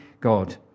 God